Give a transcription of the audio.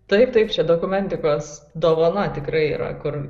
taip taip čia dokumentikos dovana tikrai yra kur